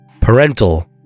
parental